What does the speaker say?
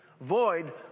void